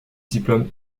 diplômes